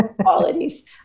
qualities